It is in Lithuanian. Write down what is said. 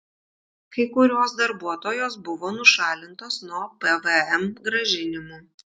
kai kurios darbuotojos buvo nušalintos nuo pvm grąžinimų